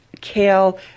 kale